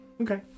Okay